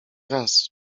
raz